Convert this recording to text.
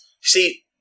See